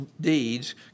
deeds